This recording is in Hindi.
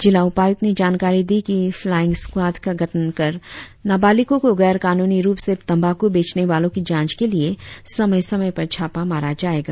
जिला उपायुक्त ने जानकारी दी की फ्लाईंग स्क्वाड का गठन कर नाबालिकों को गैर कानूनी रुप से तंबाकू बेचने वालों की जांच के लिए समय समय पर छापा मारा जाएगा